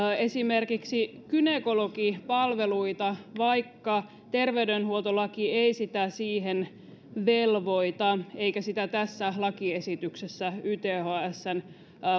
esimerkiksi gynekologipalveluita vaikka terveydenhuoltolaki ei sitä siihen velvoita eikä sitä tässä lakiesityksessä ythsn